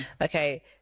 Okay